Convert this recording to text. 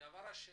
דבר שני,